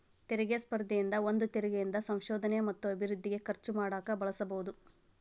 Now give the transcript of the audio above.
ತೆರಿಗೆ ಸ್ಪರ್ಧೆಯಿಂದ ಬಂದ ತೆರಿಗಿ ಇಂದ ಸಂಶೋಧನೆ ಮತ್ತ ಅಭಿವೃದ್ಧಿಗೆ ಖರ್ಚು ಮಾಡಕ ಬಳಸಬೋದ್